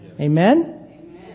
Amen